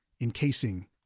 encasing